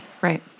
right